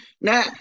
Now